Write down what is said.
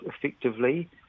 effectively